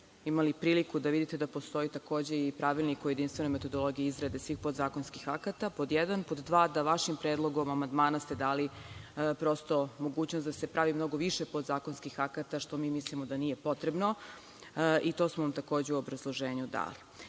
imali priliku da vidite da postoji takođe i Pravilnik o jedinstvenoj metodologiji izrade svih podzakonskih akata, pod jedan, pod dva, da vašim predlogom amandmana ste dali prosto mogućnost da se pravi mnogo više podzakonskih akata, što mi mislimo da nije potrebno i to smo vam takođe u obrazloženju dali. Ono